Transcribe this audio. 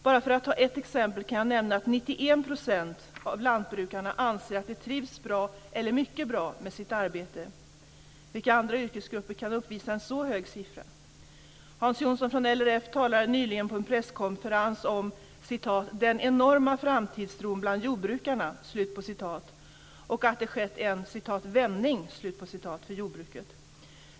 Bara för att ta ett exempel kan jag nämna att 91 % av lantbrukarna anser att de trivs bra eller mycket bra med sitt arbete. Vilka andra yrkesgrupper kan uppvisa en så hög siffra? Hans Johnsson från LRF talade nyligen på en presskonferens om "den enorma framtidstron bland jordbrukarna" och att det skett en "vändning" för jordbruket.